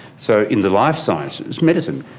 so in the life sciences, medicine,